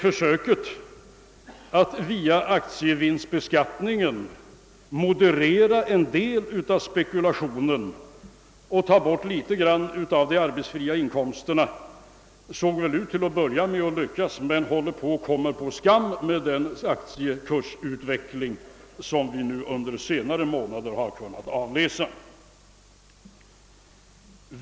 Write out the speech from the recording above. Försöket att via aktievinstbeskattningen moderera en del av spekulationen och att ta bort litet grand av de arbetsfria inkomsterna såg till en början ut att lyckas, men de förhoppningarna tycks nu komma på skam på grund av den aktiekursutveckling som vi under de senaste månaderna kunnat avläsa.